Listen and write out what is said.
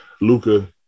luca